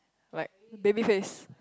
like baby face